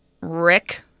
Rick